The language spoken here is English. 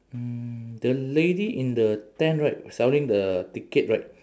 mm the lady in the tent right selling the ticket right